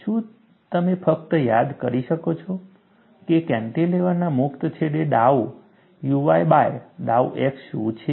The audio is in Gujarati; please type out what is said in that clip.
શું તમે ફક્ત યાદ કરી શકો છો કે કેન્ટિલેવરના મુક્ત છેડે ડાઉ uy બાય ડાઉ x શું છે